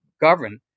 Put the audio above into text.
govern